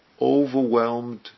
overwhelmed